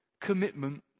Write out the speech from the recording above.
commitment